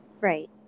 right